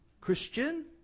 Christian